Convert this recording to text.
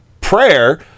prayer